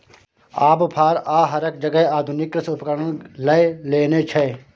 आब फार आ हरक जगह आधुनिक कृषि उपकरण लए लेने छै